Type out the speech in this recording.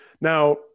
Now